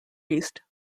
east